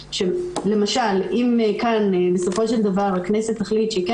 אם כאן בסופו של דבר הכנסת תחליט שהיא כן